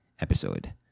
episode